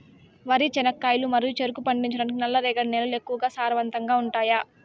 వరి, చెనక్కాయలు మరియు చెరుకు పండించటానికి నల్లరేగడి నేలలు ఎక్కువగా సారవంతంగా ఉంటాయా?